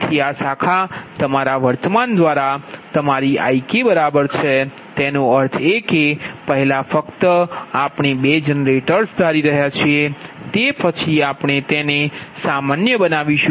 તેથીઆ શાખા તમારા વર્તમાન દ્વારા તમારી IKબરાબર છે તેનો અર્થ એ કે પહેલા ફક્ત આપણે 2 જનરેટર્સ ધારી રહ્યા છીએ તે પછી આપણે તેને સામાન્ય બનાવશું